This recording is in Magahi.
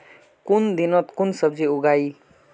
कुन दिनोत कुन सब्जी उगेई?